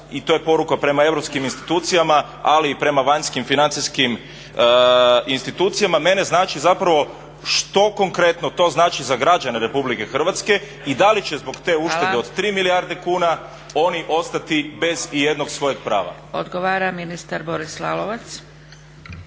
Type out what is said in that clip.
i to je poruka prema europskim institucijama, ali i prema vanjskih financijskim institucijama. Mene znači zapravo što konkretno to znači za građane Republike Hrvatske i da li će zbog te uštede od 3 milijarde kuna oni ostati bez ijednog svojeg prava. **Zgrebec, Dragica